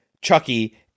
Chucky